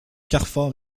carfor